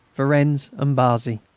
varennes, and barzy.